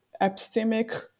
epistemic